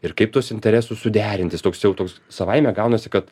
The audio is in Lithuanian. ir kaip tuos interesus suderinti jis toks jau toks savaime gaunasi kad